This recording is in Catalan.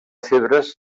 febres